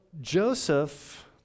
Joseph